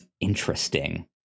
Interesting